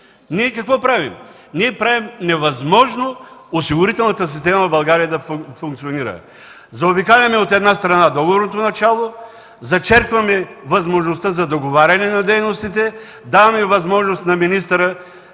ние какво правим? Правим невъзможно осигурителната система в България да функционира. Заобикаляме, от една страна, договорното начало, зачеркваме възможността за договаряне на дейностите, даваме възможност на министъра